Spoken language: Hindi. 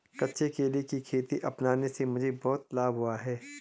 कच्चे केले की खेती अपनाने से मुझे बहुत लाभ हुआ है